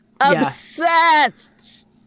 Obsessed